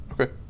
Okay